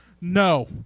No